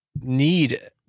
need